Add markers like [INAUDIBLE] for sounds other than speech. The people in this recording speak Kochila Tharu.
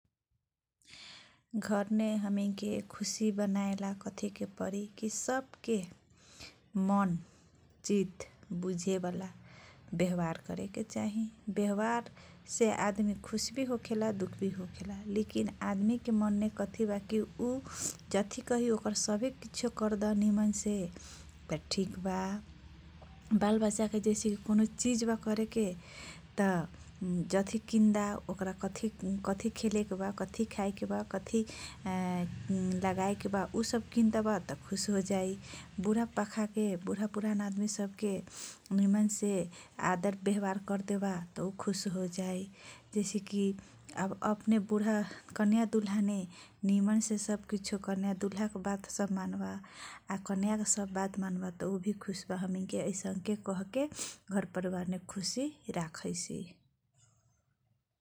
घरमे हमैन के खुसी बनाएला कथीकेपरि की सबके मनके मन चित बुझाएके बुझेबाला बेवहार करेके चाहि व्यवहारसे आदमी खुस भी होखेला दुखभी होखेला । लेकिन आदमीके मनमे कथीबा उ जथी कही ओकर सभे किछियो कर्दानीमनसे त ठीकबा आ बाल बचाके जैसेकी कौनो चिजबा करेके तह जथी किन्दा ओकरा कथी कथी खेलेकेबा काथि खाएकेबा कभी [HESITATION] लगाएके बा तह खुस होजाइ । बुरहा पाखाके पुरान पुरान आदमी सबके निमनसे आदर बेवाहार करदेबा तह खुस होजाइ पैसेकी आब अपने ब बरहा कन्या दुल्हाने निमनसे सबकीछियो कन्या दुल्दाके बात सब मानबा आ कन्या के बात मानबा तह उभी खुस बा हमैनके आइसनके कहके घरने घरपरिबारने खुसी राखैसी ।